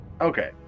Okay